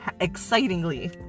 excitingly